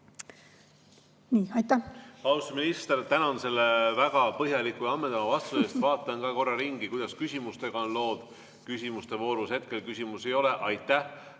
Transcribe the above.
Austatud minister, tänan selle väga põhjaliku ja ammendava vastuse eest! Vaatan korra ringi, kuidas küsimustega on lood. Küsimuste voorus hetkel küsimusi ei ole. Aitäh